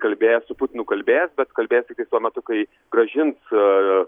kalbės su putinu kalbės bet kalbės tik tai tuo metu kai grąžins